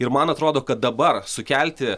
ir man atrodo kad dabar sukelti